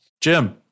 Jim